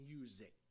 Music